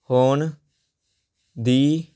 ਹੋਣ ਦੀ